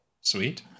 Sweet